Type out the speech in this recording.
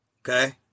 Okay